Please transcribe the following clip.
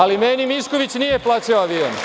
Ali, meni Mišković nije plaćao avion.